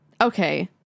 okay